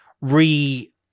re-